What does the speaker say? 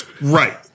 Right